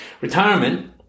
Retirement